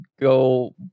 go